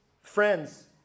friends